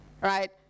Right